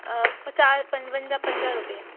पचा पंजवंजाह पंजाह रुपिया